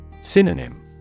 Synonym